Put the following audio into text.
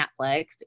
Netflix